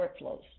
workflows